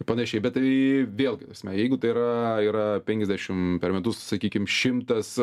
panašiai bet tai vėlgi ta prasme jeigu tai yra yra penkiasdešim per metus sakykim šimtas